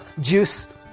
juice